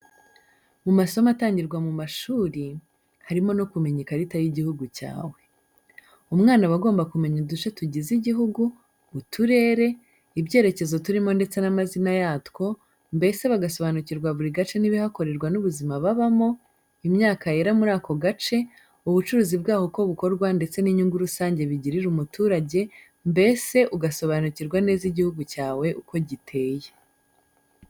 Mu masomo atangirwa mu mashuri, harimo no kumenya ikarita y'iguhugu cyawe. Umwana aba agomba kumenya uduce tugize igihugu, uturere, ibyerekezo turimo ndetse n'amazina yatwo, mbese bagasobanukirwa buri gace n'ibihakorerwa n'ubuzima babamo, imyaka yera muri ako gace, ubucuruzi bwaho uko bukorwa ndetse n'inyungu rusange bigirira umuturage, mbese ugasobanukirwa neza igihugu cyawe uko giteye.